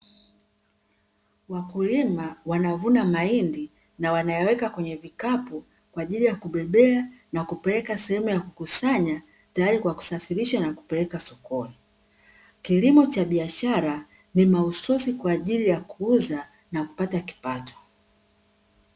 Wakulima wanavuna mahindi na wanayaweka kwenye vikapu, kwa ajili ya kubebea na kupeleka sehemu ya kukusanya, tayari kwa kusafirisha na kupeleka sokoni. Kilimo cha biashara, ni mahususi kwa ajili ya kuuza na kupata kipato.